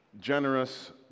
Generous